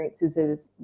experiences